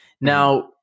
Now